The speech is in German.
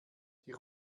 die